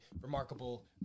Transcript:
remarkable